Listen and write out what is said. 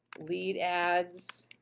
lead ads,